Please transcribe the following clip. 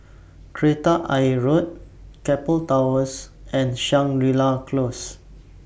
Kreta Ayer Road Keppel Towers and Shangri La Close